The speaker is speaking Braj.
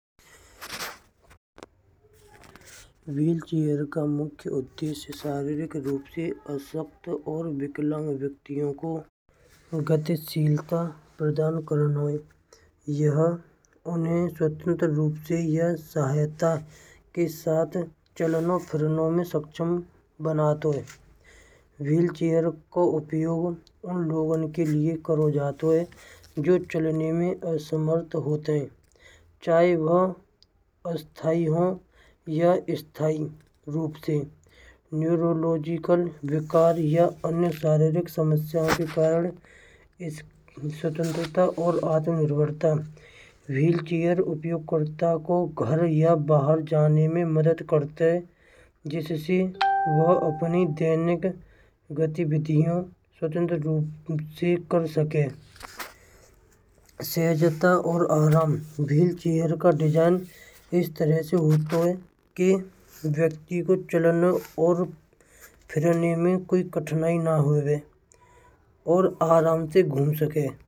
व्हील चेयर का मुख्य उद्देश्य शारीरिक रूप से असक्त और विकलांग व्यक्तियों को गतिशीलता प्रदान करनो हय। यह उन्हें स्वतंत्र रूप से यह सहायता के साथ चललनो फिरनो में सक्षम बनतो हय। व्हील चेयर को उपयोग उन लोगों के लिए करो जातो हय। जो चलने में असमर्थ होते हय। चाहे वह अस्थाई हो या स्थाई रूप से। न्यूरोलॉजिकल विकार्य अन्य शारीरिक समस्याओं के कारण स्वतंत्रता और आत्मनिर्भरता। व्हीलचेयर उपयोगकर्ता को घर या बाहर जाने में मदद करते हय। जिससे वह अपनी दैनिक गतिविधियाँ स्वतंत्र रूप से कर सके। सहजता और आराम, व्हीलचेयर का डिजाइन इस तरह से होतों हय कि व्यक्ति को चलने और फिरने में कोई कठिनाइयाँ न होवे।